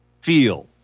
feel